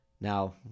Now